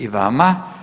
I vama.